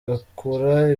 bagakura